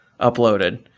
uploaded